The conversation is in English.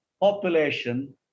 population